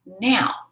Now